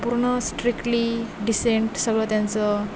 पूर्ण strictly decent सगळं त्यांचं